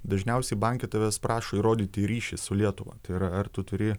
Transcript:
dažniausiai banke tavęs prašo įrodyti ryšį su lietuva tai yra ar tu turi